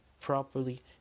properly